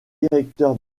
directeur